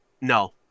No